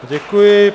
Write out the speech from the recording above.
Děkuji.